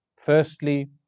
Firstly